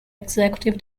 executive